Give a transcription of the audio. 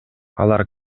алар